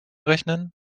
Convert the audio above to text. rechnen